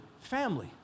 family